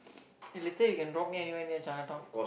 eh later you can drop me anywhere near Chinatown